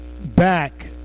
back